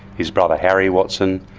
his brother harry watson,